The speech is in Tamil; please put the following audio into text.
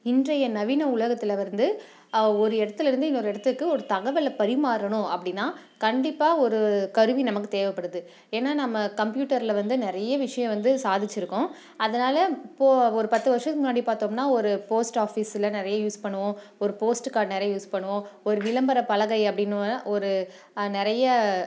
இன்றைய நவீன உலகத்தில் வந்து ஒரு இடத்துலேருந்து இன்னொரு இடத்துக்கு ஒரு தகவலை பரிமாறணும் அப்படின்னா கண்டிப்பாக ஒரு கருவி நமக்கு தேவைப்படுது ஏன்னால் நம்ம கம்ப்யூட்டரில் வந்து நிறைய விஷயம் வந்து சாதிச்சுருக்கோம் அதனால் இப்போது ஒரு பத்து வருஷத்துக்கு முன்னாடி பார்த்தோம்னா ஒரு போஸ்ட் ஆஃபிஸ்சில் நிறைய யூஸ் பண்ணுவோம் ஒரு போஸ்ட் கார்ட் நிறைய யூஸ் பண்ணுவோம் ஒரு விளம்பர பலகை அப்படின்னு ஒரு நிறைய